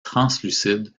translucide